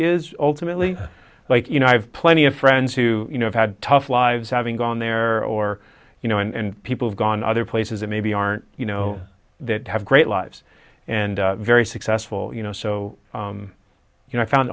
is ultimately like you know i have plenty of friends who you know had tough lives having gone there or you know and people have gone other places that maybe aren't you know that have great lives and very successful you know so you know i found